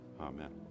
Amen